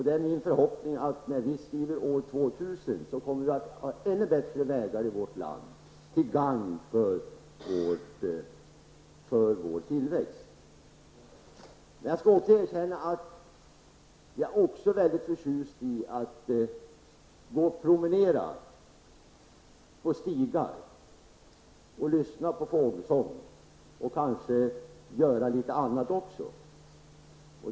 Det är min förhoppning att när vi skriver år 2000 kommer vi att ha ännu bättre vägar i vårt land till gagn för vår tillväxt. Jag skall erkänna att jag också är väldigt förtjust i att promenera på stigar och lyssna på fågelsång och kanske göra litet annat också.